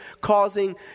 causing